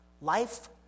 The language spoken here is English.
Life